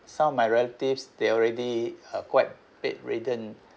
some of my relatives they already uh quite bedridden